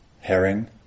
herring